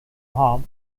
harm